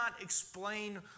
explain